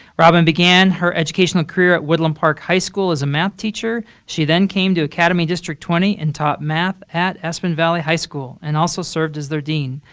robin began her educational career at woodland park high school as a math teacher. she then came to academy district twenty and taught math at aspen valley high school and also served as their dean.